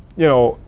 you know,